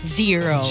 zero